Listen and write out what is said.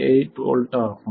8 volt ஆகும்